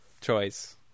choice